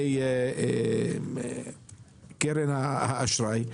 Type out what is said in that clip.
ובעניין קרן האשראי,